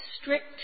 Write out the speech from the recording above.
strict